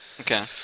Okay